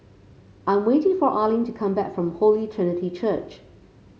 I'm waiting for Arlen to come back from Holy Trinity Church